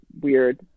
weird